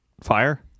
Fire